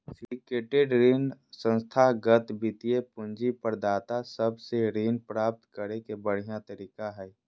syndicated ऋण संस्थागत वित्तीय पूंजी प्रदाता सब से ऋण प्राप्त करे के बढ़िया तरीका हय